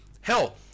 Hell